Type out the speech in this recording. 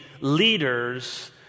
leaders